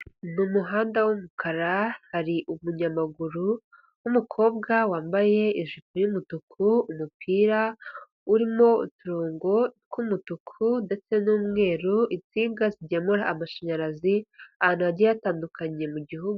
Ni umuhanda w'umukara hari umunyamaguru w'umukobwa wambaye ijipo y'umutuku, umupira urimo uturongo tw'umutuku ndetse n'umweru insinga zigemura amashanyarazi ahantu hagiye hatandukanye mu gihugu.